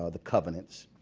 ah the covenants.